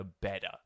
better